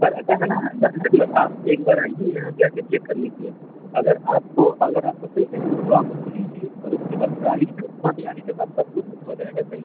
sir ऐसा है ना ऐसा है ना कि आप एक बार आइए यहाँ पर आकर चेक कर लीजिए अगर आपको अगर आपको सही लगे तो आप उसको लीजिए और उसके बाद प्राइस यहाँ पर आने के बाद सबकुछ हो जाएगा सही से